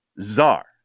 czar